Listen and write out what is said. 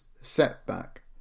setback